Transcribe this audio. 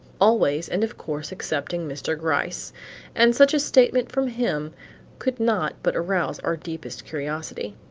always and of course excepting mr. gryce and such a statement from him could not but arouse our deepest curiosity.